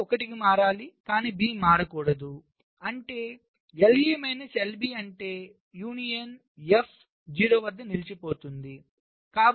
A1 కి మారాలి కాని B మారకూడదు అంటే LA మైనస్ LB అంటే యూనియన్ F 0 వద్ద నిలిచిపోతుంది